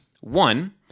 One